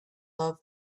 love